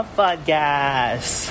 podcast